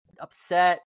upset